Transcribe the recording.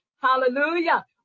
Hallelujah